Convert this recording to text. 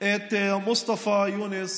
את מוסטפה יונס